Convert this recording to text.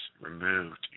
removed